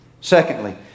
Secondly